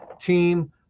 team